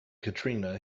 katrina